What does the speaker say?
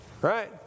Right